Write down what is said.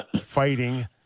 fighting